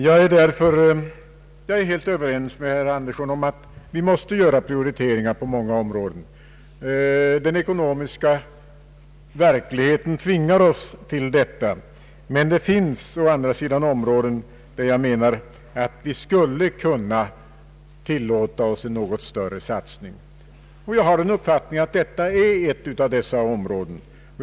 Jag är helt överens med herr Birger Andersson om att vi måste göra prioriteringar på många områden. Den ekonomiska verkligheten tvingar oss till detta. Men det finns å andra sidan områden, där jag menar att vi skulle kunna tillåta oss en något större satsning. Jag har den uppfattningen att detta är ett av dessa områden.